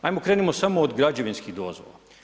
Hajmo, krenimo samo od građevinskih dozvola.